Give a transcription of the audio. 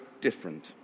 different